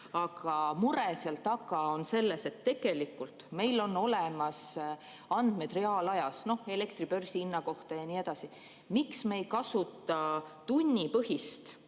Aga mure on selles, et tegelikult meil on olemas andmed reaalajas elektri börsihinna kohta ja nii edasi. Miks me ei kasuta tunnipõhist